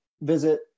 visit